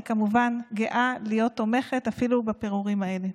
אני כמובן גאה להיות תומכת אפילו בפירורים האלה.